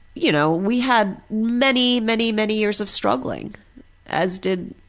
you know, we had many, many, many years of struggling as did,